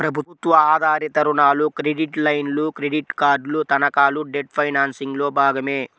ప్రభుత్వ ఆధారిత రుణాలు, క్రెడిట్ లైన్లు, క్రెడిట్ కార్డులు, తనఖాలు డెట్ ఫైనాన్సింగ్లో భాగమే